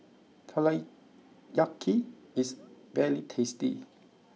Teriyaki is very tasty